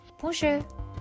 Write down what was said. Bonjour